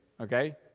okay